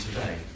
today